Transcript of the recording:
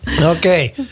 Okay